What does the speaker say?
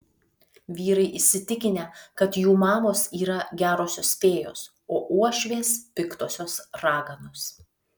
vyrai įsitikinę kad jų mamos yra gerosios fėjos o uošvės piktosios raganos